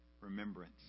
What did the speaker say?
remembrance